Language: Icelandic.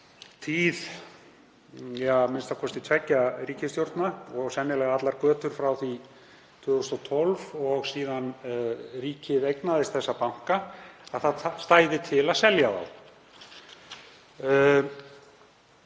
tíð a.m.k. tveggja ríkisstjórna og sennilega allar götur frá því árið 2012 og síðan ríkið eignaðist þessa banka, að til stæði að selja þá.